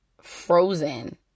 frozen